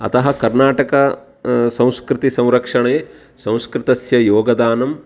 अतः कर्नाटक संस्कृतिसंरक्षणे संस्कृतस्य योगदानं